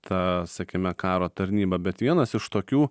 tą sakime karo tarnybą bet vienas iš tokių